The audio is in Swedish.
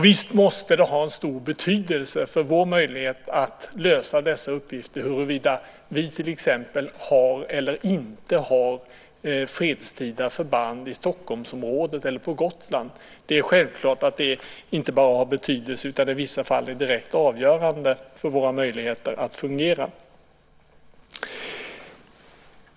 Visst måste det ha en stor betydelse för vår möjlighet att lösa dessa uppgifter huruvida vi till exempel har eller inte har fredstida förband i Stockholmsområdet eller på Gotland. Det är självklart att det inte bara är av betydelse utan i vissa fall också direkt avgörande för våra möjligheter att fungera.